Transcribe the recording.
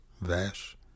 Vash